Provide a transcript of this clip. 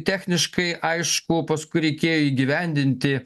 techniškai aišku paskui reikėjo įgyvendinti